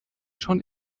schon